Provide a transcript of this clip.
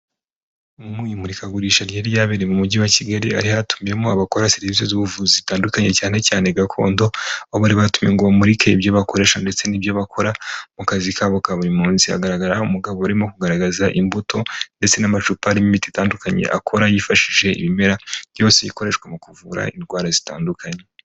Mu imurikagurisha ryari ryabereye mu mujyi wa Kigali, hari hatumyemo abakora serivise z'ubuvuzi zitandukanye, cyane cyane gakondo aho bari batumiwe kugira ngo bamurike ibyo bakoresha ndetse n'ibyo bakora mu kazi kabo ka buri munsi, hagaragara umugabo urimo kugaragaza imbuto ndetse n'amacupa hari n'imiti itandukanye akora yifashishije ibimera yose iikoreshwa mu kuvura indwara zitandukanye.